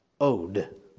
ode